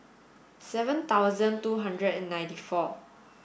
seven thousand two hundred and ninety four